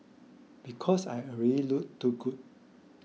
because I already look too good